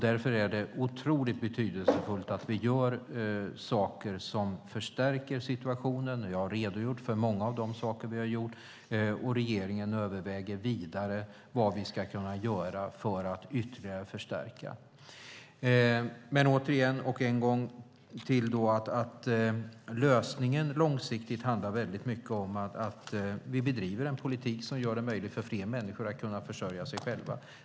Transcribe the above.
Därför är det otroligt betydelsefullt att vi gör saker som förbättrar situationen. Jag har redogjort för många av de saker som vi har gjort, och regeringen överväger vidare vad vi ska kunna göra för att ge ytterligare förstärkning. En gång till vill jag säga att lösningen långsiktigt väldigt mycket handlar om att vi bedriver en politik som gör det möjligt för fler människor att försörja sig själva.